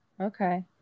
Okay